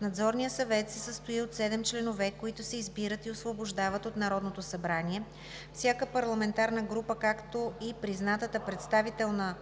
Надзорният съвет се състои от 7 членове, които се избират и освобождават от Народното събрание. Всяка парламентарна група, както и призната представителна